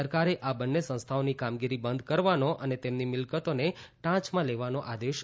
સરકારે આ બન્ને સંસ્થાઓની કામગીરી બંધ કરવાનો તથા તેમની મિલકતોને ટાંચમાં લેવાનો આદેશ આપ્યો છે